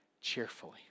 cheerfully